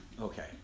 Okay